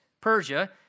Persia